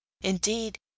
Indeed